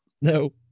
No